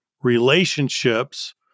relationships